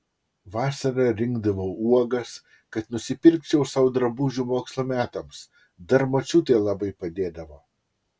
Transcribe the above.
vasara rinkdavau uogas kad nusipirkčiau sau drabužių mokslo metams dar močiutė labai padėdavo